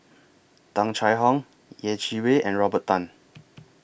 Tung Chye Hong Yeh Chi Wei and Robert Tan